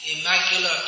immaculate